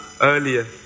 earlier